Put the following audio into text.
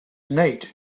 nate